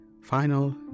final